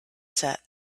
set